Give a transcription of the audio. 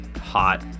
hot